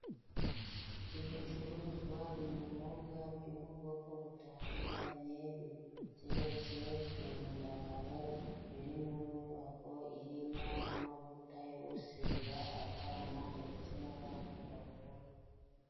Ibicuruzwa binyobwa byo mu bwoko butandukanye biteretse ku mbaho, biri mu nyubako irimo n'amavuta yo gusiga abana ndetse n'abantu bakuru.